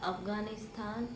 Afghanistan